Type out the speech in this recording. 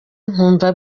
nkumva